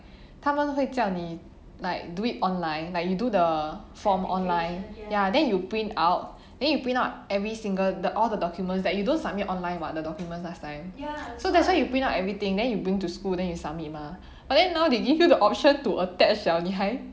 他们会叫你 like do it online like you do the form online ya then you print out then you print out every single the all the documents you don't submit online [what] the documents last time so that's why you print out everything then you bring to school then you submit mah but then now they give you the option to attach 了你还